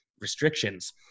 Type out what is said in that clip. restrictions